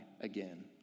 again